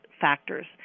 factors